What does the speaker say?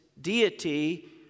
deity